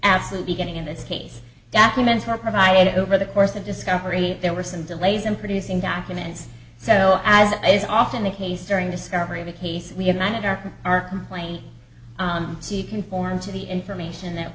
absolute beginning in this case documents were provided over the course of discovery there were some delays in producing documents so as is often the case during discovery of the case we have monitor our complaint to conform to the information that